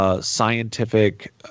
Scientific